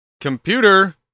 Computer